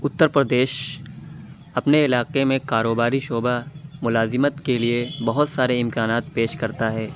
اُتر پردیش اپنے علاقے میں کاروباری شعبہ ملازمت کے لیے بہت سارے امکانات پیش کرتا ہے